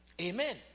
Amen